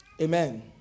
Amen